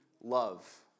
love